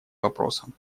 вопросом